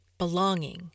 belonging